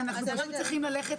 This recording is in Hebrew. אנחנו מיישמים את החלטת